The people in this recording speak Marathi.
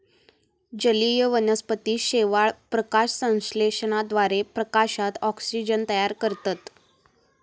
जलीय वनस्पती शेवाळ, प्रकाशसंश्लेषणाद्वारे प्रकाशात ऑक्सिजन तयार करतत